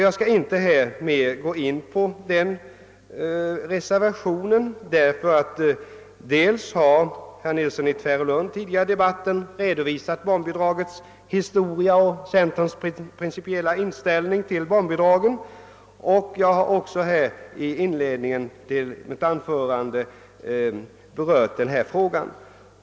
Jag skall inte beröra den vid utskottsutlåtandet fogade reservationen mera; dels har herr Nilsson i Tvärålund tidigare redogjort för barnbidragets historia och centerpartiets principiella inställning till barnbidragen, dels har jag i inledningen till mitt anförande berört denna fråga.